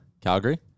Calgary